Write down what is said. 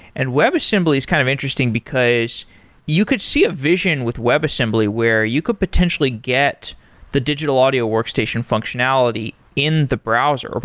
and web assembly is kind of interesting, because you could see a vision with web assembly where you could potentially get the digital audio workstation functionality in the browser,